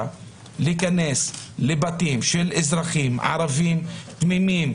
להיכנס לבתים של אזרחים ערבים תמימים,